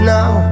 Now